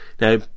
now